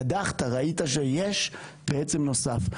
קדחת, ראית שיש בעצם נוסף.